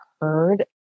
heard